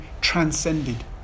transcended